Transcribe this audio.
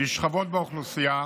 לשכבות באוכלוסייה